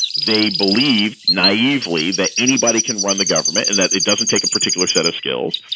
they believe naively that anybody can run the government and that it doesn't take a particular set of skills.